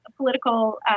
political